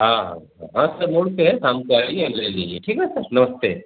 हाँ हाँ सब रोड पर हैं शाम को आइए ले लीजिए ठीक है सर नमस्ते